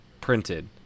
printed